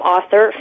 Author